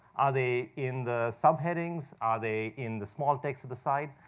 are they in the sub headings? are they in the small text at the side?